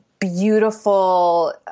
beautiful